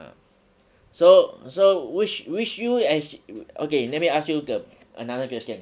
ah so so which which U as okay let me ask you the another question